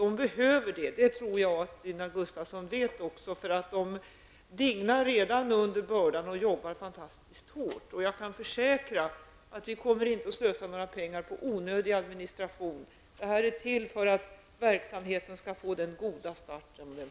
De behöver det, och det tror jag Stina Gustavsson vet. De dignar redan under en börda och arbetar fantastiskt hårt. Jag kan försäkra att vi inte kommer att slösa några pengar på onödig administration. Det här är till för att verksamheten skall få den goda start den förtjänar.